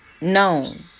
known